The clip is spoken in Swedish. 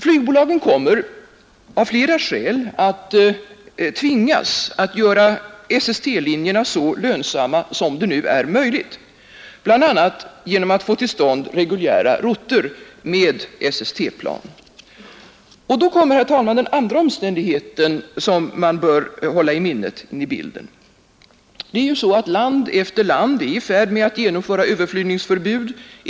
Flygbolagen kommer av flera skäl att tvingas göra SST-linjerna så lönsamma som det är möjligt bl.a. genom att få till stånd reguljära router med SST-plan. Då kommer, herr talman, den andra omständighet som man bör hålla i minnet in i bilden. Land efter land är i färd med att genomföra överflygningsförbud.